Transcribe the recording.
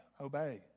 obey